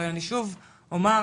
אני שוב אומר,